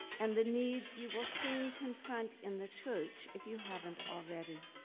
and the needs you will soon confront in the church, if you haven't already.